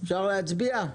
אפשר להצביע?